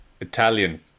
Italian